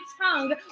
tongue